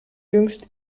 jüngst